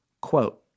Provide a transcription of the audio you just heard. Quote